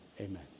amen